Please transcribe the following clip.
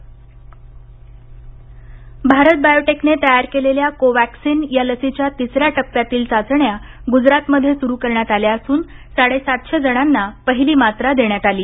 अहमदाबाद भारत बायोटेकने तयार केलेल्या कोव्हॅक्सिन या लसीच्या तिसऱ्या टप्प्यातील चाचण्या गुजरातमध्ये सुरू करण्यात आल्या असून साडेसातशे जणांना पहिली मात्रा देण्यात आली